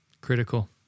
critical